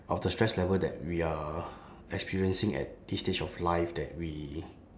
of the stress level that we are experiencing at this stage of life that we